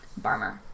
Barmer